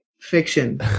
fiction